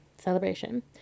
celebration